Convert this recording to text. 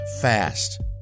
fast